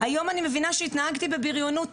היום אני מבינה שהתנהגתי בבריונות.